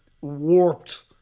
warped –